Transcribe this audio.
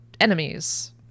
enemies